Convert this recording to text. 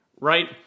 right